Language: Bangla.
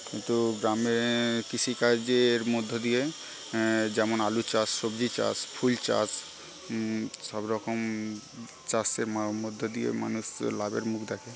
কিন্তু গ্রামে কৃষিকাজের মধ্যে দিয়ে যেমন আলু চাষ সবজি চাষ ফুল চাষ সবরকম চাষের মধ্যে দিয়ে মানুষ লাভের মুখ দেখে